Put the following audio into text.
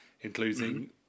including